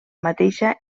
mateixa